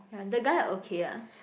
ya the guy okay lah